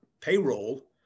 payroll